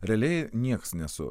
realiai nieks nesu